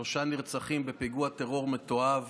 שלושה נרצחים בפיגוע טרור מתועב